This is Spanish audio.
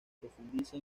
profundiza